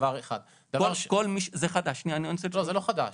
דבר שני --- רגע, זה חדש --- זה לא חדש.